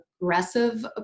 aggressive